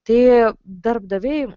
tai darbdaviai